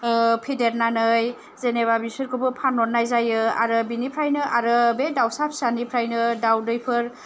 फेदेरनानै जेनेबा बिसोरखौबो फानहरनाय जायो आरो बिनिफ्रायनो आरो बे दाउसा फिसानिफ्रायनो दाउदैफोर